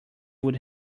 would